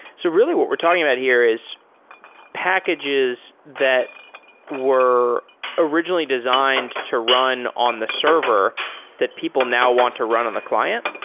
so really what we're talking about here is packages that were originally designed to run on the server that people now want to run on the client?